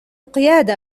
قيادة